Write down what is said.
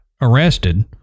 arrested